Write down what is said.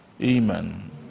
Amen